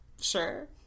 Sure